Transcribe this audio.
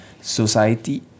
society